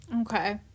Okay